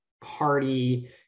party